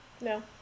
No